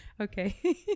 Okay